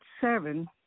seven